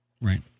Right